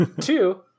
Two